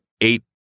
eight